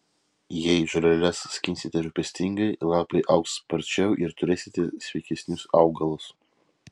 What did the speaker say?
jei žoleles skinsite rūpestingai lapai augs sparčiau ir turėsite sveikesnius augalus